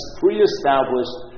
pre-established